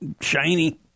Shiny